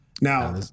Now